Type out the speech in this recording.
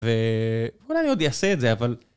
ואולי אני עוד אעשה את זה אבל...